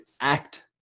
act